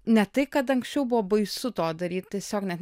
ne tai kad anksčiau buvo baisu to daryt tiesiog net